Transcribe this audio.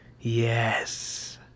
Yes